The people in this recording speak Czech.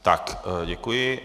Tak děkuji.